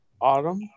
Autumn